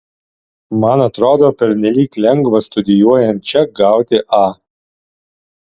man atrodo pernelyg lengva studijuojant čia gauti a